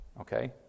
okay